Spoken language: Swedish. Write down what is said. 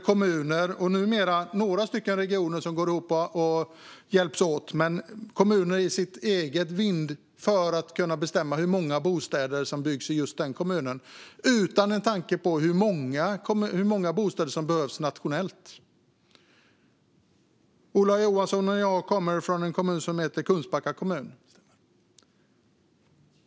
Numera finns det några regioner som går ihop och hjälps åt, men man lämnar egentligen kommuner att själva bestämma hur många bostäder som byggs i just de kommunerna utan en tanke på hur många bostäder som behövs nationellt. Ola Johansson och jag kommer från en kommun som heter Kungsbacka kommun.